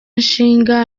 ishinga